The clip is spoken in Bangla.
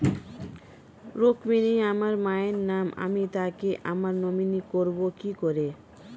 রুক্মিনী আমার মায়ের নাম আমি তাকে আমার নমিনি করবো কি করে?